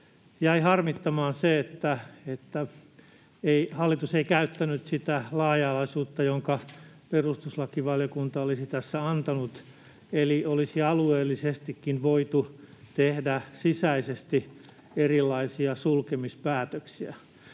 jäi harmittamaan se, että hallitus ei käyttänyt sitä laaja-alaisuutta, jonka perustuslakivaliokunta olisi tässä antanut, eli olisi alueellisestikin voitu tehdä sisäisesti erilaisia sulkemispäätöksiä.